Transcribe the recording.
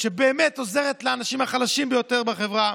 שבאמת עוזרת לאנשים החלשים ביותר בחברה.